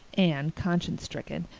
anne, conscience-stricken,